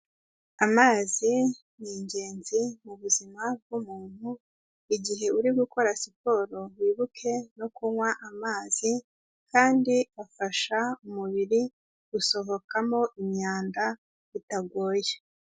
Amazi ni ingenzi mu buzima bw'umuntu, igihe uri gukora siporo wibuke no kunywa amazi kandi afasha umubiri gusohokamo imyanda bitagoye.